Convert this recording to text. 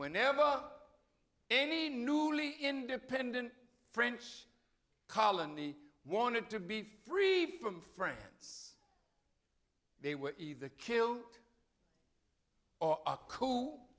whenever any newly independent french colony wanted to be free from france they were either killed or a co